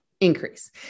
increase